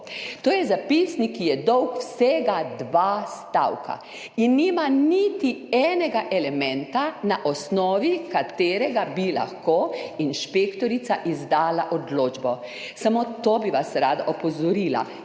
To je zapisnik, ki je dolg vsega dva stavka in nima niti enega elementa, na osnovi katerega bi lahko inšpektorica izdala odločbo. Samo na to bi vas rada opozorila.